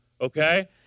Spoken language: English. okay